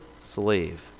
slave